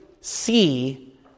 see